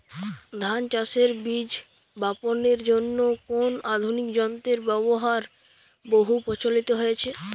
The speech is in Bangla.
ধান চাষের বীজ বাপনের জন্য কোন আধুনিক যন্ত্রের ব্যাবহার বহু প্রচলিত হয়েছে?